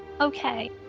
Okay